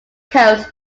coast